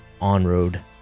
on-road